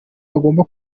agomba